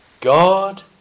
God